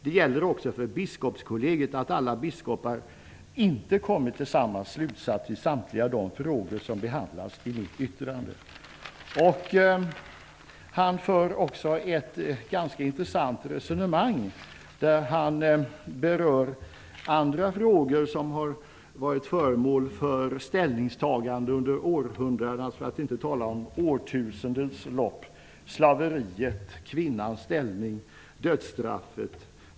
Det gäller också för biskopskollegiet; alla biskopar kommer inte till samma slutsats i samtliga frågor som behandlas i mitt yttrande. Ärkebiskopen för också ett ganska intressant resonemang där han berör andra frågor som varit föremål för ställningstaganden under århundradens, för att inte tala om årtusendens, lopp: slaveriet, kvinnans ställning, dödsstraffet.